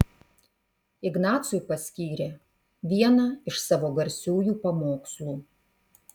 ignacui paskyrė vieną iš savo garsiųjų pamokslų